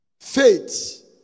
faith